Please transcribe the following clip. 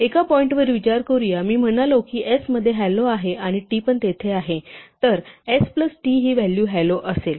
एका पॉईंट वर विचार करूया मी म्हणालो की s मध्ये hello आहे आणि t पण तेथे आहे तर s प्लस t हि व्हॅलू hello असेल